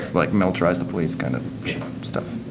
like, militarize the police kind of stuff.